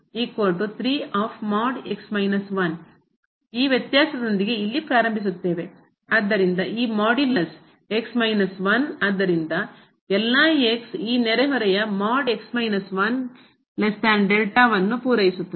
ಆದ್ದರಿಂದ ಈ ಮಾಡ್ಯುಲಸ್ ಆದ್ದರಿಂದಎಲ್ಲ ಈ ನೆರೆಹೊರೆಯ ಅನ್ನು ಪೂರೈಸುತ್ತದೆ